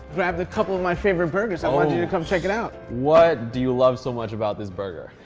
grabbed a couple of my favorite burgers, i wanted you you to come check it out. what do you love so much about this burger?